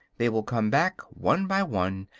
they will come back one by one,